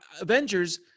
Avengers